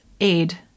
aid